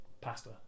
Pasta